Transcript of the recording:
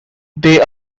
they